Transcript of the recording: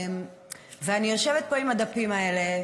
ואני יושבת פה עם הדפים האלה,